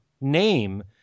name